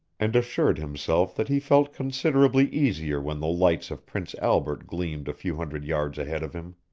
and assured himself that he felt considerably easier when the lights of prince albert gleamed a few hundred yards ahead of him.